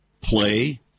play